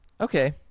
Okay